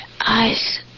eyes